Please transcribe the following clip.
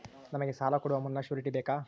ನಮಗೆ ಸಾಲ ಕೊಡುವ ಮುನ್ನ ಶ್ಯೂರುಟಿ ಬೇಕಾ?